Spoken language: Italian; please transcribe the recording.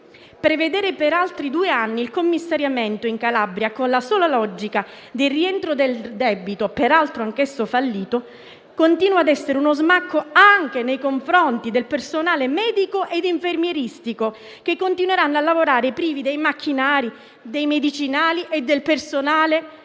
Prevedere per altri due anni il commissariamento in Calabria con la sola logica di rientro del debito, peraltro anch'esso fallito, continua a essere uno smacco, anche nei confronti del personale medico e infermieristico, che continuerà a lavorare privo dei macchinari, dei medicinali e del personale di